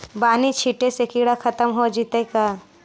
बानि छिटे से किड़ा खत्म हो जितै का?